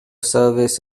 service